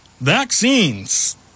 vaccines